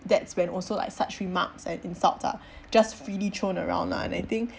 that's when also like such remarks and insults are just really thrown around lah and I think